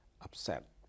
upset